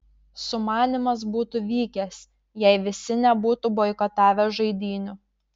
sumanymas būtų vykęs jei visi nebūtų boikotavę žaidynių